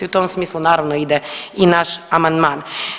U tom smislu naravno ide i naš amandman.